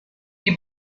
die